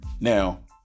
Now